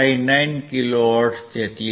59 kilohertz છે